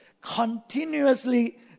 continuously